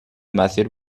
مسیر